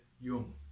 young